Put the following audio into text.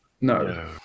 No